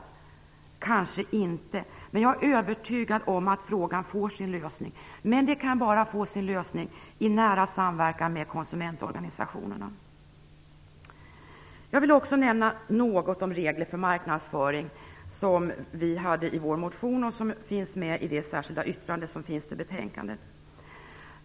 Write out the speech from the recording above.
Det kanske den inte skall. Jag är dock övertygad om att detta problem får sin lösning, men det kan bara ske i nära samverkan med konsumentorganisationerna. Jag vill också nämna något om regler för marknadsföring. Det tog vi upp i vår motion, och det finns med i det särskilda yttrande som finns till betänkandet.